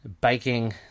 baking